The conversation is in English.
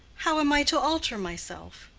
how am i to alter myself?